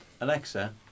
Alexa